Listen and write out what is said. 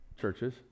churches